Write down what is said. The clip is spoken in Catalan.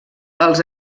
els